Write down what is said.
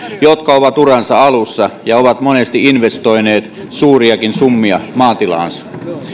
jotka ovat uransa alussa ja ovat monesti investoineet suuriakin summia maatilaansa